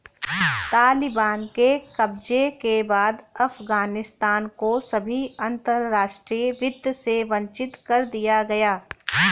तालिबान के कब्जे के बाद अफगानिस्तान को सभी अंतरराष्ट्रीय वित्त से वंचित कर दिया गया